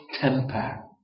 temper